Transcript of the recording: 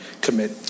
commit